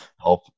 help